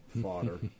fodder